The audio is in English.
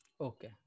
Okay